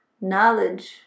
knowledge